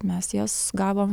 mes jas gavom